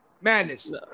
Madness